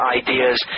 ideas